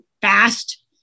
fast